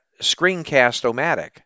screencast-o-matic